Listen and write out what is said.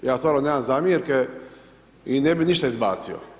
Ja stvarno nemam zamjerke i ne bi ništa izbacio.